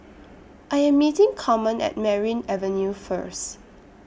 I Am meeting Carmen At Merryn Avenue First